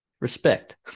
respect